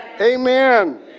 Amen